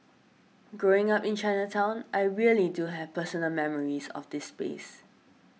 growing up in Chinatown I really do have personal memories of this space